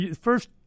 first